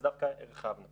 אז דווקא הרחבנו.